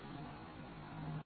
Thank you very much